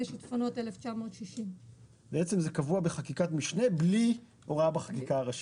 שיטפונות 1960. זה קבוע בחקיקת משנה בלי הוראה בחקיקה הראשית.